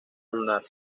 lunar